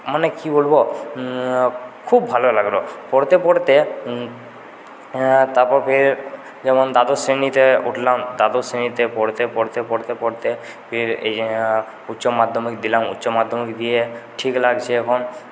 মানে কি বলবো খুব ভালো লাগলো পড়তে পড়তে তারপর ফের দ্বাদশ শ্রেণীতে উঠলাম দ্বাদশ শ্রেণীতে পড়তে পড়তে পড়তে পড়তে ফের উচ্চ মাধ্যমিক দিলাম উচ্চ মাধ্যমিক দিয়ে ঠিক লাগছে এখন